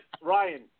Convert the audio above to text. Ryan